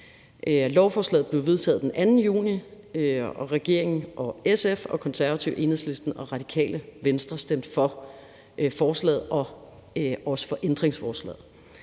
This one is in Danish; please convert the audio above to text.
Lovforslaget blev vedtaget den 2. juni, og regeringen, SF, Konservative, Enhedslisten og Radikale Venstre stemte for forslaget og også for ændringsforslaget.